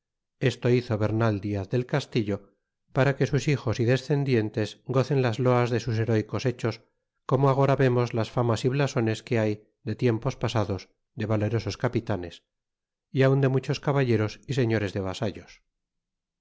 esto hizo bernal diaz del castillo para que sus hijos y descendientes gocen las loas de sus herecos hechos cono agora vemos las famas y blasones que hay de tiempos pasa dos de valerosos capitanes y aun de muchos caballeros y señores de vasallos